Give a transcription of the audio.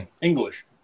English